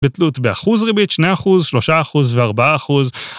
בתלות באחוז ריבית, שני אחוז, שלושה אחוז, וארבעה אחוז.